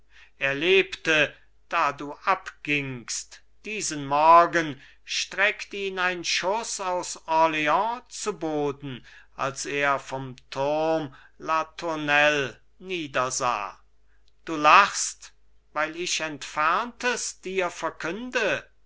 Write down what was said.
er lebte da du abgingst diesen morgen streckt ihn ein schuß aus orleans zu boden als er von turm la tournelle niedersah du lachst weil ich entferntes dir verkünde